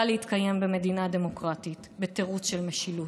להתקיים במדינה דמוקרטית בתירוץ של משילות.